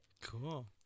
cool